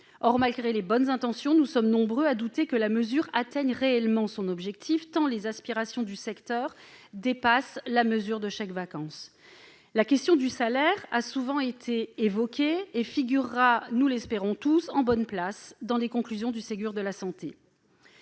Or, malgré les bonnes intentions, nous sommes nombreux à douter que la mesure atteigne réellement son objectif, tant les aspirations du secteur dépassent quelques chèques-vacances. La question du salaire a souvent été évoquée et figurera, nous l'espérons tous, en bonne place dans les conclusions du Ségur de la santé.